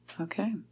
Okay